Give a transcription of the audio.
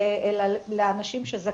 לא, אבל היושב-ראש מדבר.